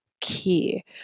key